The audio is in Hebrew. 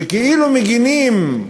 שכאילו מגינים,